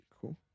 cool